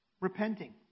repenting